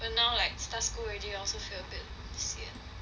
then now like start school already I also like feel a bit sian